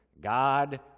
God